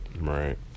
Right